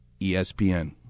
ESPN